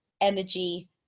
energy